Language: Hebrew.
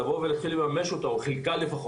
לבוא ולהתחיל לממש אותה או לפחות חלק ממנה,